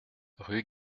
rue